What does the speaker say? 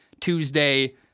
Tuesday